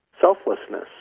selflessness